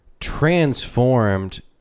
Transformed